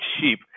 cheap